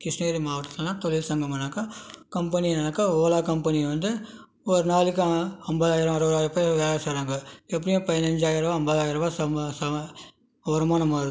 கிருஷ்ணகிரி மாவட்டத்தில் தொழில் சங்கமனாக்க கம்பெனினாக்க ஓலா கம்பெனி வந்து ஒரு நாளைக்கு ஐம்பதாயிரம் அறுபதாயிரம் பேர் வேலை செய்கிறாங்க எப்படியும் பதினஞ்சாயரரூவா ஐம்பதாயிரருவா சம் சம வருமானம்